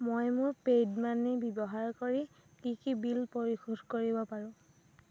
মই মোৰ paid money ব্যৱহাৰ কৰি কি কি বিল পৰিশোধ কৰিব পাৰোঁ